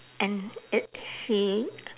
and it's he